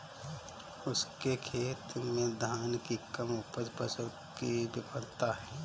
उसके खेत में धान की कम उपज फसल की विफलता है